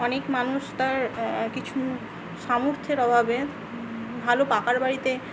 অনেক মানুষ তার কিছু সামর্থ্যের অভাবে ভালো পাকার বাড়িতে